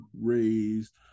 raised